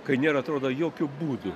kai nėra atrodo jokių būdų